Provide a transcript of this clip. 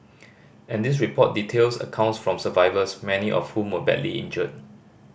and this report details accounts from survivors many of whom were badly injured